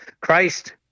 Christ